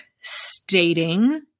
stating